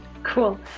Cool